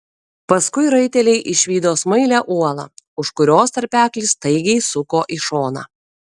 paskui raiteliai išvydo smailią uolą už kurios tarpeklis staigiai suko į šoną